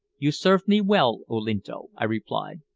you served me well, olinto, i replied,